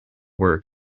work